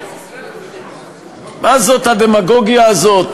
מה זאת הדמגוגיה הזאת?